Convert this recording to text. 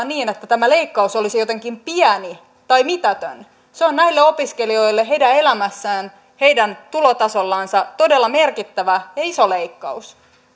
niin että tämä leikkaus olisi jotenkin pieni tai mitätön se on näille opiskelijoille heidän elämässään heidän tulotasollansa todella merkittävä ja iso leikkaus